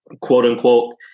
quote-unquote